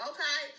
Okay